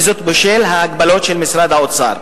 בשל ההגבלות של משרד האוצר.